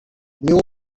new